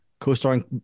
Co-starring